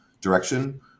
direction